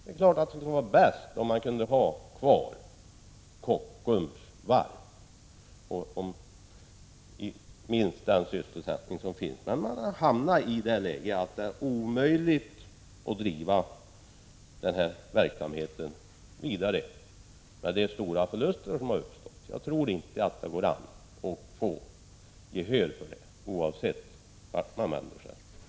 Det är klart att det skulle vara bäst om man kunde ha kvar Kockums varv med minst nuvarande sysselsättning, men man har hamnat i det läget att det är omöjligt att driva verksamheten vidare med de stora förluster som har uppstått. Jag tror inte att det går att få gehör för detta, oavsett vart man vänder sig politiskt.